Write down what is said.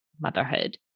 motherhood